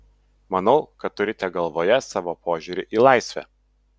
manau kad turite galvoje savo požiūrį į laisvę